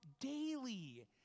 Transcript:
daily